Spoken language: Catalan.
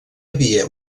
havia